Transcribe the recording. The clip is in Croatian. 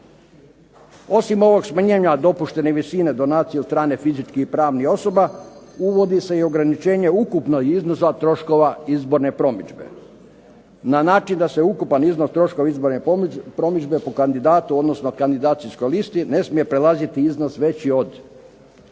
Osim ovog smanjenja dopuštene visine donacije od strane fizičkih i pravnih osoba, uvodi se i ograničenje ukupnog iznosa troškova izborne promidžbe. Na način da se ukupan iznos troškova izborne promidžbe po kandidatu odnosno kandidacijskoj listi ne smije prelaziti iznos veći od